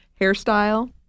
hairstyle